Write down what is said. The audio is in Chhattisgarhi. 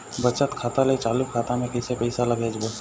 बचत खाता ले चालू खाता मे कैसे पैसा ला भेजबो?